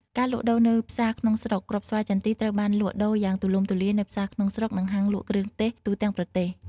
ការលក់ដូរនៅផ្សារក្នុងស្រុកគ្រាប់ស្វាយចន្ទីត្រូវបានលក់ដូរយ៉ាងទូលំទូលាយនៅ ផ្សារក្នុងស្រុក និងហាងលក់គ្រឿងទេស ទូទាំងប្រទេស។